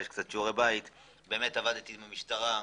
באמת עבדתי עם המשטרה,